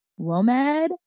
WOMED